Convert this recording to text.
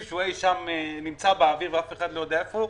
שנמצא אי שם באוויר ואף אחד לא יודע היכן הוא.